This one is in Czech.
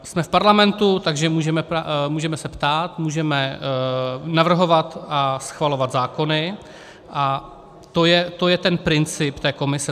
Jsme v parlamentu, takže můžeme se ptát, můžeme navrhovat a schvalovat zákony, a to je ten princip té komise.